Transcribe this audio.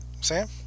Sam